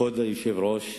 כבוד היושב-ראש,